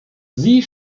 sie